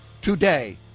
today